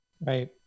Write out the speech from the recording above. right